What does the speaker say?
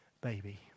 baby